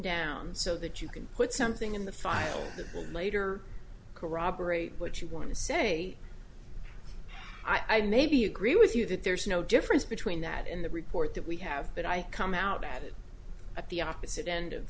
down so that you can put something in the file that later corroborate what you want to say i may be agree with you that there's no difference between that and the report that we have but i come out at it at the opposite end of